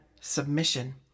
submission